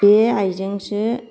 बे आइजोंसो